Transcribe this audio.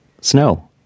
snow